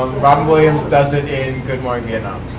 robin williams does it in good morning, vietnam.